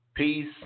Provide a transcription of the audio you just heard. Peace